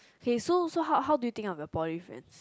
okay so so how how how do you think on your poly friends